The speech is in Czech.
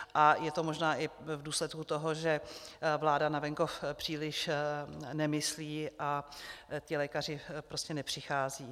A je to možná i v důsledku toho, že vláda na venkov příliš nemyslí a ti lékaři prostě nepřicházejí.